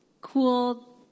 cool